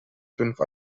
fünf